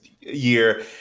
year